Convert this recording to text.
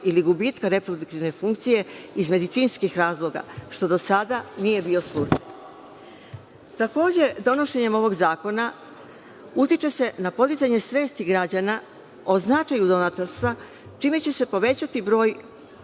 ili gubitka reproduktivne funkcije iz medicinskih razloga, što do sada nije bio slučaj. Takođe, donošenjem ovog zakona utiče se na podizanje svesti građana o značaju donatorstva, čime će se povećati broj